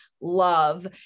love